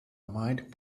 mind